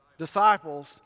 disciples